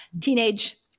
teenage